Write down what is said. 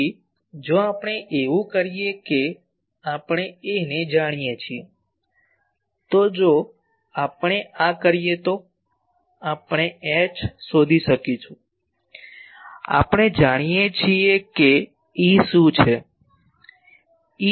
તેથી જો આપણે એવું કરીએ કે આપણે A ને જાણીએ છીએ તો જો આપણે આ કરીએ તો આપણે H શોધી શકીશું અને આપણે જાણીએ છીએ કે E શું છે